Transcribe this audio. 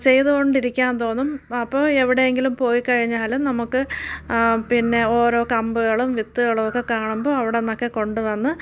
ചെയ്തുകൊണ്ടിരിക്കാൻ തോന്നും അപ്പോൾ എവിടെയെങ്കിലും പോയി കഴിഞ്ഞാലും നമുക്ക് പിന്നെ ഓരോ കമ്പുകളും വിത്തുകളും ഒക്കെ കാണുമ്പം അവിടുന്നൊക്കെ കൊണ്ടു വന്ന്